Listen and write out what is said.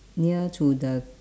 near to the